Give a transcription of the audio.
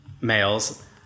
male's